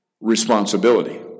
Responsibility